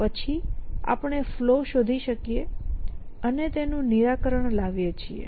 પછી આપણે ફલૉ શોધીએ છીએ અને તેનું નિરાકરણ લાવીએ છીએ